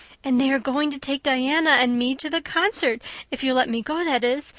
and they are going to take diana and me to the concert if you'll let me go, that is.